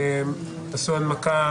יש מקום לשכנע,